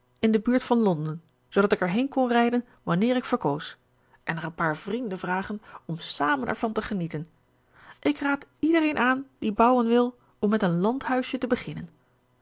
in de buurt van londen zoodat ik er heen kon rijden wanneer ik verkoos en er een paar vrienden vragen om samen ervan te genieten ik raad iedereen aan die bouwen wil om met een landhuisje te beginnen